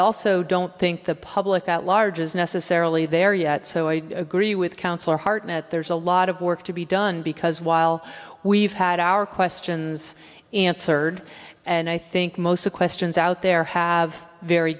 also don't think the public at large is necessarily there yet so i agree with counselor hartnett there's a lot of work to be done because while we've had our questions answered and i think most of questions out there have very